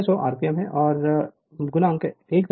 Refer Slide Time 2917 तो 30155 cubes Ia2 लगभग 8 ampere होगा